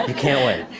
and can't win.